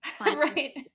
right